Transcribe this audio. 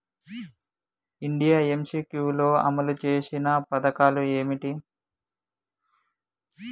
India MCQ లో అమలు చేసిన పథకాలు ఏమిటి?